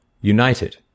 united